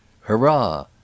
Hurrah